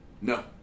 No